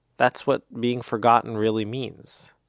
that's what being forgotten really means